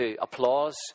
applause